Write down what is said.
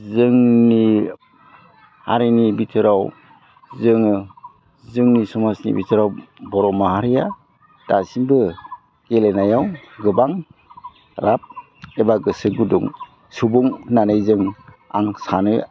जोंनि हारिनि भिथोराव जोङो जोंनि समाजनि भिथोराव बर' माहारिया दासिमबो गेलेनायाव गोबां राब एबा गोसो गुदुं सुबुं होननानै जों आं सानो